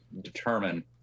determine